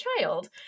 child